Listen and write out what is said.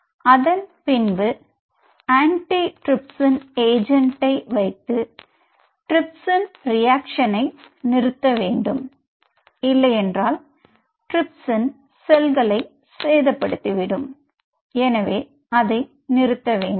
அதன் பின்பு anti trypsin ஏஜெண்டை வைத்து ட்ரிப்சின் ரியாக்ஷனை நிறுத்த வேண்டும் இல்லையென்றால் ட்ரிப்சின் செல்களை சேதப்படுத்தி விடும் எனவே அதை நிறுத்த வேண்டும்